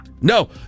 No